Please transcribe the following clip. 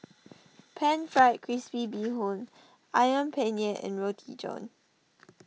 Pan Fried Crispy Bee Hoon Ayam Penyet and Roti John